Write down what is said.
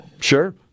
Sure